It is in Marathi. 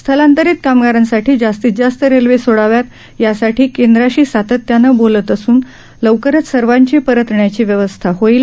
स्थलांतरित कामगारांसाठी जास्तीत जास्त रेल्वे सोडाव्यात यासाठी केंद्राशी सातत्याने बोलत असून लवकरच सर्वांची परतण्याची व्यवस्था होईल